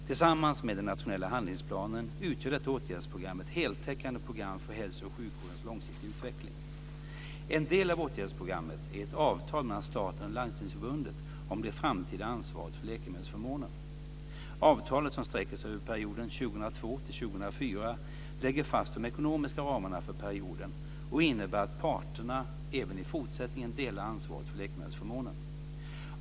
Tillsammans med den nationella handlingsplanen utgör detta åtgärdsprogram ett heltäckande program för hälso och sjukvårdens långsiktiga utveckling. En del av åtgärdsprogrammet är ett avtal mellan staten och Landstingsförbundet om det framtida ansvaret för läkemedelsförmånen. 2004, lägger fast de ekonomiska ramarna för perioden och innebär att parterna även i fortsättningen delar ansvaret för läkemedelsförmånen.